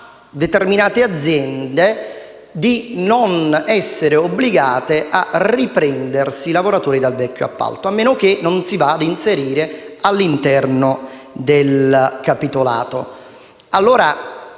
determinate aziende di non essere obbligate a riprendersi i lavoratori dal vecchio appalto, a meno che ciò non venga inserito all' interno del capitolato.